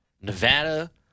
Nevada